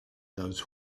those